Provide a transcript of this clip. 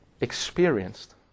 experienced